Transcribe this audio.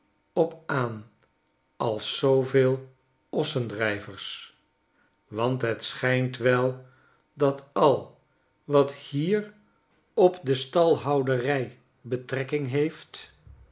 op aan als zooveel ossendrijvers want het schijnt wel dat al wat hier op de stalhouderij betrekking heeft